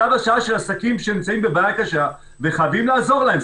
צו השעה של עסקים שנמצאים בבעיה קשה וחייבים לעזור להם.